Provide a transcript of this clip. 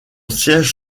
siège